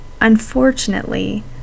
unfortunately